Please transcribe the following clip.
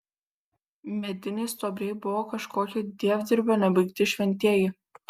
mediniai stuobriai buvo kažkokio dievdirbio nebaigti šventieji